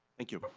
thank you. but